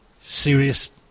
Serious